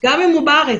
גם אם הוא בארץ.